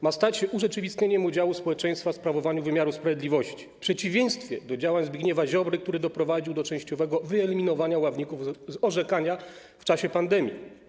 Ma stać się urzeczywistnieniem udziału społeczeństwa w sprawowaniu wymiaru sprawiedliwości - w przeciwieństwie do działań Zbigniewa Ziobry, który doprowadził do częściowego wyeliminowania ławników z orzekania w czasie pandemii.